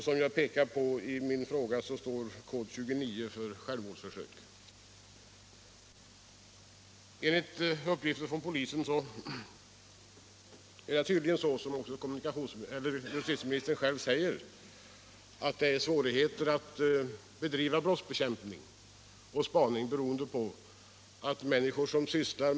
Som jag pekade på i min fråga står kod 29 för självmordsförsök. Det får emellertid inte vara så att grannarna i kvarteret genom polisradion skall kunna ta reda på att Svensson i trean har blivit så deprimerad att han försökt begå självmord.